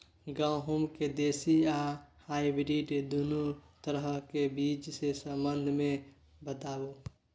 गेहूँ के देसी आ हाइब्रिड दुनू तरह के बीज के संबंध मे बताबू?